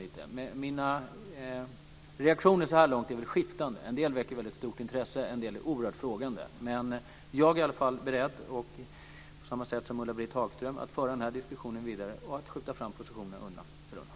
De reaktioner som jag har fått så här långt är skiftande. En del visar ett stort intresse medan andra ställer sig frågande. Men jag är i alla fall beredd - precis som Ulla-Britt Hagström - att föra den här diskussionen vidare och att försöka skjuta fram positionerna undan för undan.